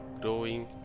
growing